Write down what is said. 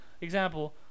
example